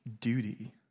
duty